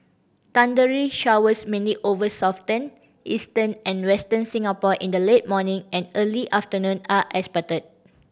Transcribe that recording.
thundery showers mainly over Southern Eastern and Western Singapore in the late morning and early afternoon are expected